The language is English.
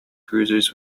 cruisers